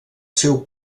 seu